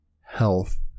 health